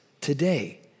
today